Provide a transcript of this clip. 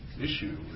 issue